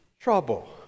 trouble